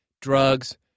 drugs